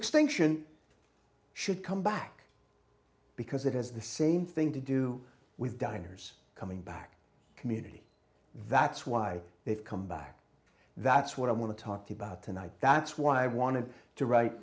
extinction should come back because it has the same thing to do with diners coming back community that's why they've come back that's what i want to talk about tonight that's why i wanted to write